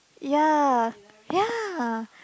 ya ya